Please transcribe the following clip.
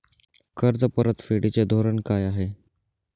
कर्ज परतफेडीचे धोरण काय आहे?